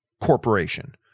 corporation